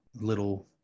little